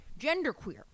genderqueer